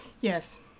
Yes